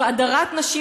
זו הדרת נשים,